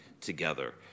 together